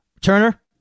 Turner